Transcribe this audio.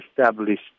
established